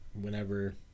whenever